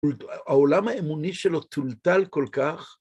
העולם האמוני שלו טולטל כל כך.